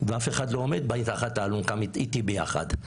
ואף אחד לא עומד מתחת לאלונקה ביחד איתי.